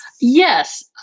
Yes